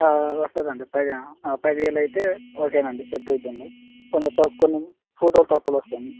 వస్తుంది అండి ప పది వేలు అయితే ఓకే అండి చెప్తాము కొంచెం తక్కువ ఫొటోలు తక్కువ వస్తాయి అండి